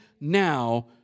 now